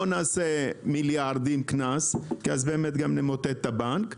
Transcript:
לא נעשה מיליארדים קנס,